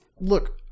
look